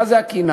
מה זה הקנאה?